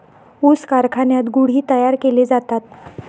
ऊस कारखान्यात गुळ ही तयार केले जातात